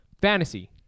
fantasy